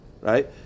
right